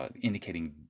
indicating